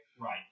Right